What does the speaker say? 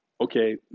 okay